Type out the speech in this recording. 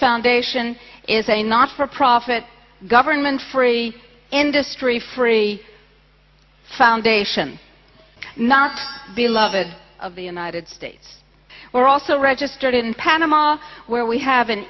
foundation is a not for profit government free industry free foundation not beloved of the united states we're also registered in panama where we have an